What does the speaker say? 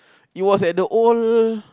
it was at the old